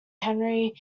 henry